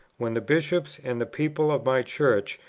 when the bishops and the people of my church,